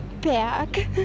back